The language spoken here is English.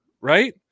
right